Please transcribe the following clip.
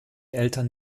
eltern